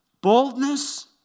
Boldness